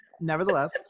nevertheless